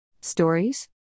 Stories